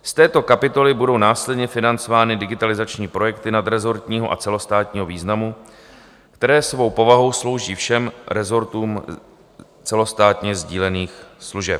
Z této kapitoly budou následně financovány digitalizační projekty nadrezortního a celostátního významu, které svou povahou slouží všem rezortům celostátně sdílených služeb.